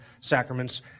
sacraments